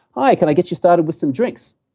hi, can i get you started with some drinks?